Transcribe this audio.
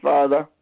Father